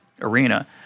arena